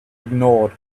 ignored